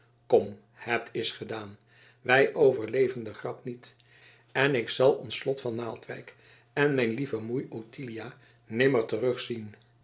kom het is gedaan wij overleven de grap niet en ik zal ons slot van naaldwijk en mijn lieve moei ottilia nimmer terugzien